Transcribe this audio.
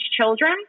children